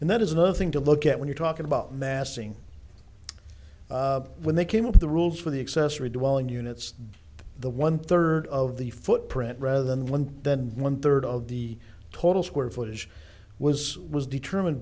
and that is another thing to look at when you're talking about massing when they came up the rules for the accessory do well in units the one third of the footprint rather than one then one third of the total square footage was was determined